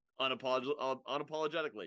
unapologetically